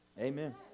Amen